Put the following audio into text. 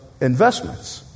investments